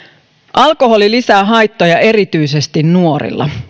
alkoholi lisää haittoja erityisesti nuorilla